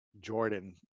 Jordan